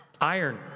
Iron